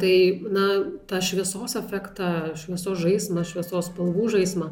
tai na tą šviesos efektą šviesos žaismą šviesos spalvų žaismą